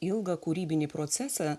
ilgą kūrybinį procesą